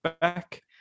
back